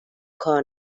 کار